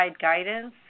guidance